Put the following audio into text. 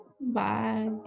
Bye